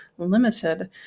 limited